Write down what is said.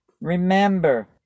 Remember